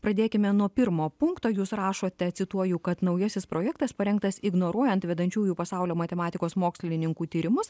pradėkime nuo pirmo punkto jūs rašote cituoju kad naujasis projektas parengtas ignoruojant vedančiųjų pasaulio matematikos mokslininkų tyrimus